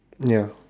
ya